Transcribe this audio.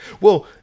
Well-